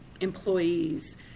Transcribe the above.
employees